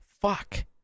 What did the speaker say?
Fuck